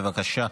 בבקשה.